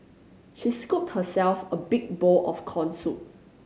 she scooped herself a big bowl of corn soup